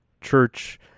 church